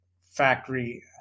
factory